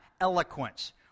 eloquence